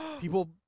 People